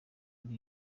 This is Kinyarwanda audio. kuri